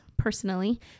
personally